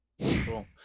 Cool